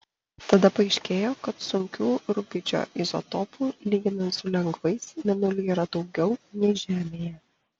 tada paaiškėjo kad sunkių rubidžio izotopų lyginant su lengvais mėnulyje yra daugiau nei žemėje